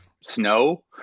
Snow